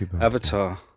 Avatar